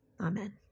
Amen